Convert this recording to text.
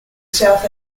south